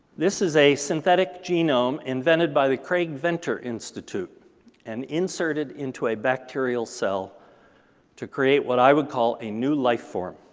this is a synthetic genome invented by the craig venter institute and inserted into a bacterial cell to create what i would call a new life form.